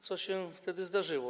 Co się wtedy zdarzyło?